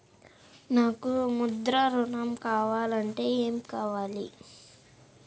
నాకు ముద్ర ఋణం కావాలంటే ఏమి కావాలి?